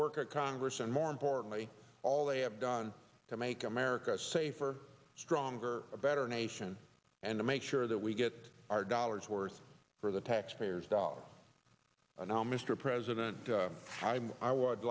work of congress and more importantly all they have done to make america safer stronger a better nation and to make sure that we get our dollars worth for the taxpayers dollars and now mr president how i'm i would